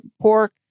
pork